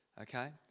okay